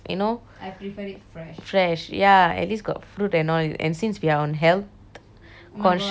fresh ya at least got fruit and all and since we are on health conscious things so we should eat like that